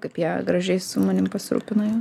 kaip jie gražiai su manim pasirūpina jo